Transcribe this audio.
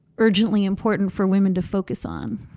urgently important for women to focus on